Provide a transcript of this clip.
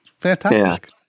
Fantastic